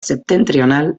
septentrional